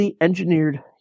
engineered